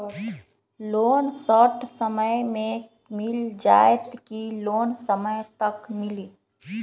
Loan short समय मे मिल जाएत कि लोन समय तक मिली?